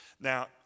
Now